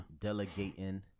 Delegating